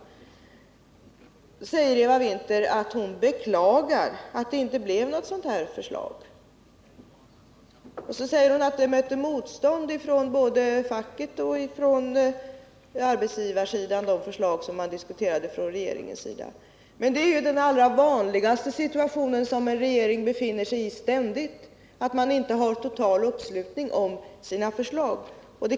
Nu säger Eva Winther att hon beklagar att det inte blev något sådant förslag, därför att de förslag som regeringen diskuterade mötte motstånd från både facket och arbetsgivarsidan. Men det är ju en situation som en regering ständigt befinner sig i, att man inte har total uppslutning kring sina förslag.